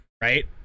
right